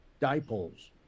dipoles